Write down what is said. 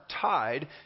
tied